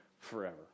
forever